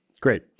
Great